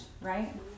right